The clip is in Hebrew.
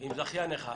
עם זכיין אחד,